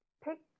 pick